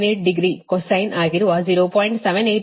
98 degree cosine ಆಗಿರುವ 0